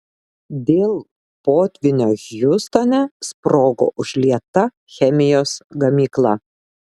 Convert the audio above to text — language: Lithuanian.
dėl potvynio hjustone sprogo užlieta chemijos gamykla